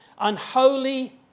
unholy